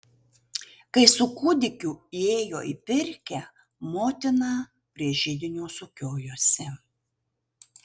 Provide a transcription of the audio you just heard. kai su kūdikiu įėjo į pirkią motina prie židinio sukiojosi